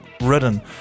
ridden